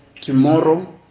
tomorrow